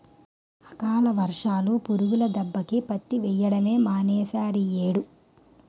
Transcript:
అకాల వర్షాలు, పురుగుల దెబ్బకి పత్తి వెయ్యడమే మానీసేరియ్యేడు